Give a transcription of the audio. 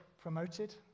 promoted